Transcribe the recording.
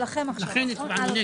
לכן הצבענו נגד.